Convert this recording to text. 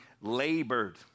labored